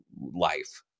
life